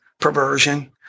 perversion